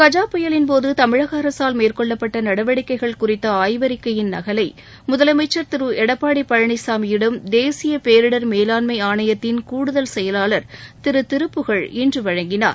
கஜா புயலின் போது தமிழக அரசால் மேற்கொள்ளப்பட்ட நடவடிக்கைகள் குறித்த ஆய்வறிக்கையின் நகலை முதலமைச்சர் திரு எடப்பாடி பழனிசாமியிடம் தேசிய பேரிடர் மேலாண்மை ஆணையத்தின் கூடுதல் செயலாளர் திரு திருப்புகழ் இன்று வழங்கினார்